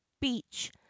beach